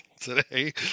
today